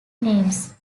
names